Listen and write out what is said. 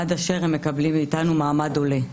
עד אשר הם מקבלים מאיתנו מעמד עולה.